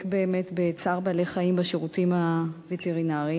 באמת בצער בעלי-חיים בשירותים הווטרינריים,